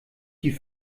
die